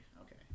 Okay